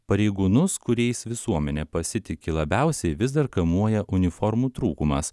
pareigūnus kuriais visuomenė pasitiki labiausiai vis dar kamuoja uniformų trūkumas